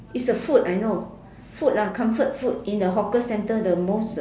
is a food I know food lah comfort food in the hawker center the most